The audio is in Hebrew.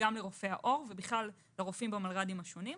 וגם לרופאי העור, ובכלל, לרופאים במלר"דים השונים,